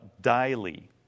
daily